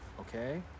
okay